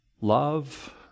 love